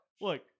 Look